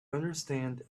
understand